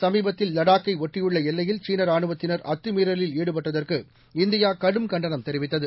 சுமீபத்தில் லடாக்கை ஒட்டியுள்ள எல்லையில் சீன ரானுவத்தினர் அத்துமீறலில் ஈடுபட்டதற்கு இந்தியா கடும் கண்டனம் தெரிவித்தது